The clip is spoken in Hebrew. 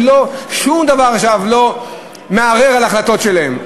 שום דבר עכשיו לא מערער על ההחלטות שלהם,